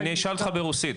אני אשאל אותך ברוסית.